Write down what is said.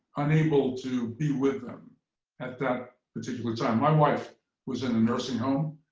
unable to be with them at that particular time. my wife was in a nursing home.